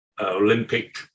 Olympic